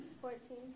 Fourteen